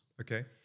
Okay